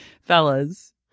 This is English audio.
Fellas